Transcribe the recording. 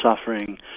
suffering